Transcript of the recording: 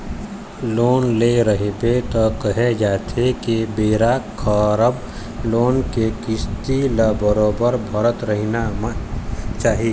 loan ले रहिबे त केहे जाथे के बेरा बखत लोन के किस्ती ल बरोबर भरत रहिना चाही